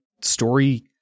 story